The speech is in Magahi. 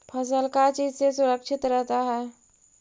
फसल का चीज से सुरक्षित रहता है?